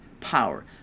power